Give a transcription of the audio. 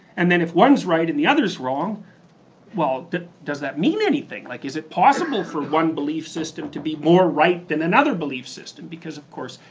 and then if one's right and the other's wrong well does that mean anything? like is it possible for one belief system to be more right than another belief system because of course,